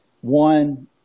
One